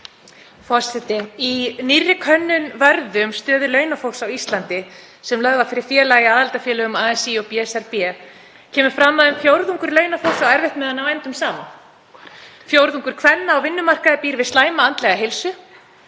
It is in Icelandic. Í nýrri könnun Vörðu um stöðu launafólks á Íslandi, sem lögð var fyrir félaga í aðildarfélögum ASÍ og BSRB, kemur fram að um fjórðungur launafólks eigi erfitt með að ná endum saman. Fjórðungur kvenna á vinnumarkaði býr við slæma andlega heilsu.